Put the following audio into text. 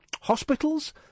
hospitals